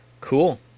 Cool